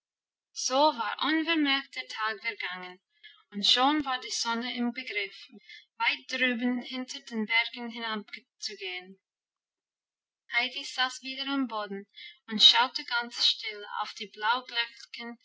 so war unvermerkt der tag vergangen und schon war die sonne im begriff weit drüben hinter den bergen hinabzugehen heidi saß wieder am boden und schaute ganz still auf die